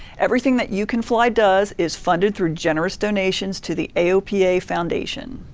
everything that you can fly does is funded through generous donations to the aopa foundation.